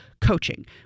coaching